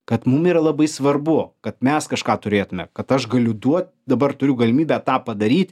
kad mum yra labai svarbu kad mes kažką turėtume kad aš galiu duot dabar turiu galimybę tą padaryt